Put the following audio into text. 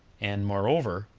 and, moreover,